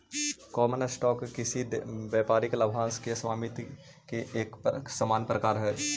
common stock किसी व्यापारिक लाभांश के स्वामित्व के एक सामान्य प्रकार हइ